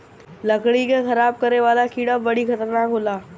लकड़ी के खराब करे वाला कीड़ा बड़ी खतरनाक होला